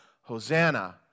Hosanna